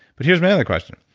but here's my other question.